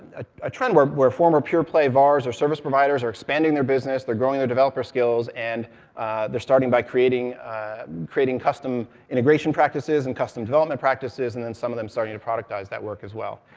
ah a trend where where former pure-play vars, or service providers, are expanding their business, they're growing their developers' skills, and they're starting by creating creating custom integration practices and custom development practices, and then some of them are starting to productize that work as well.